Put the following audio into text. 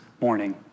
morning